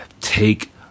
take